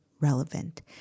relevant